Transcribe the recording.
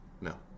No